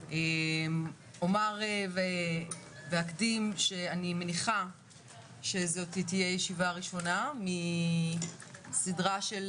אומר ואקדים שאני מניחה שזאת תהיה ישיבה ראשונה מסדרה של